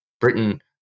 Britain